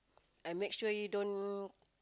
and make sure you don't